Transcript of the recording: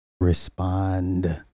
respond